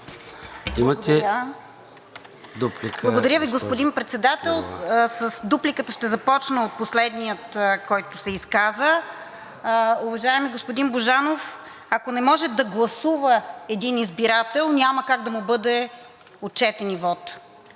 Благодаря Ви, господин Председател. С дупликата ще започна от последния, който се изказа. Уважаеми господин Божанов, ако не може да гласува един избирател, няма как да му бъде отчетен и вотът.